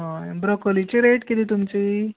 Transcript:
हय ब्रोकलीची रेट कितें तुमची